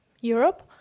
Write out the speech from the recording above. Europe